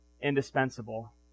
indispensable